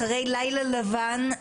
אחרי לילה לבן,